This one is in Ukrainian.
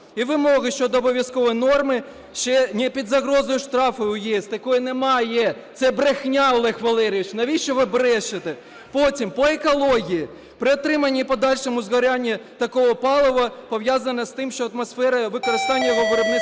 і вимоги щодо обов'язкової норми не під загрозою штрафів в ЄС. Такого немає, це брехня, Олег Валерійович. Навіщо ви брешете? Потім, по екології. При отриманні і подальшому згоранні такого палива пов'язане з тим, що атмосфера… використання його виробництво